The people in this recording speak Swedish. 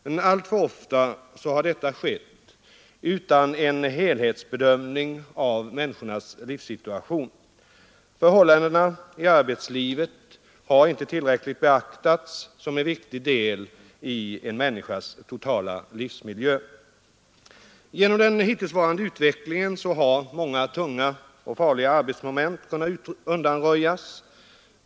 Men alltför ofta har detta skett utan en helhetsbedömning av människornas livssituation. Förhållandena i arbetslivet har inte tillräckligt beaktats som en viktig del i en människas totala livsmiljö. Genom den hittillsvarande utvecklingen har många tunga och farliga arbetsmoment kunnat undanröjas.